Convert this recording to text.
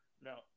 No